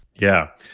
yeah,